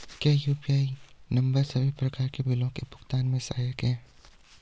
क्या UPI number सभी प्रकार के बिलों के भुगतान में सहायक हैं?